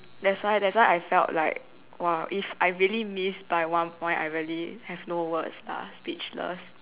that's why that's why I felt like !wow! if I really missed like one point I really have no words lah speechless